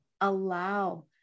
allow